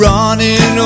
Running